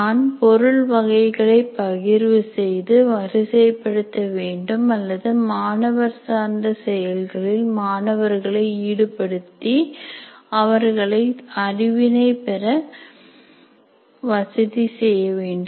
நான் பொருள் வகைகளை பகிர்வு செய்து வரிசைப்படுத்த வேண்டும் அல்லது மாணவர் சார்ந்த செயல்களில் மாணவர்களை ஈடுபடுத்தி அவர்கள் அறிவினை பெற வசதி செய்ய வேண்டும்